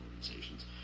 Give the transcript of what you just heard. organizations